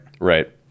Right